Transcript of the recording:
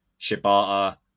Shibata